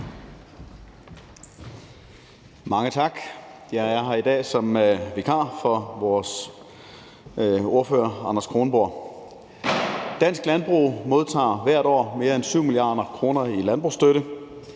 Mange tak. Jeg er her i dag som vikar for vores ordfører, Anders Kronborg. Dansk landbrug modtager hvert år mere end 7 mia. kr. i landbrugsstøtte.